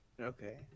okay